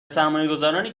سرمایهگذارنی